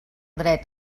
dret